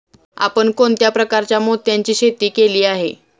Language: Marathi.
आपण कोणत्या प्रकारच्या मोत्यांची शेती केली आहे?